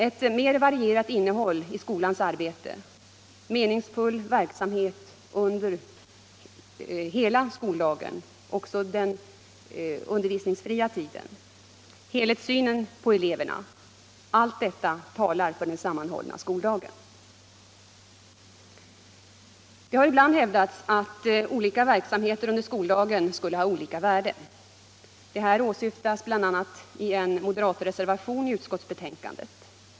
Ett mer varierat innehåll i skolans arbete, meningsfull verksamhet under hela skoldagen, också den undervisningsfria tiden, och helhetssynen på eleverna — allt detta talar för den sammanhållna skoldagen. Det har ibland hävdats att olika verksamheter under skoldagen skulle ha olika värde. Detta åsyftas bl.a. i en moderatreservation i utskottsbetänkandet.